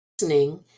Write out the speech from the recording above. listening